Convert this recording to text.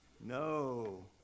No